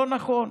לא נכון.